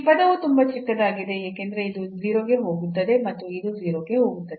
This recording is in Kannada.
ಈ ಪದವು ತುಂಬಾ ಚಿಕ್ಕದಾಗಿದೆ ಏಕೆಂದರೆ ಇದು 0 ಗೆ ಹೋಗುತ್ತದೆ ಮತ್ತು ಇದು 0 ಗೆ ಹೋಗುತ್ತದೆ